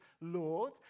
Lord